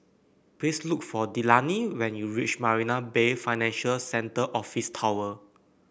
please look for Delaney when you reach Marina Bay Financial Centre Office Tower